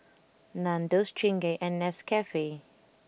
Nandos Chingay and Nescafe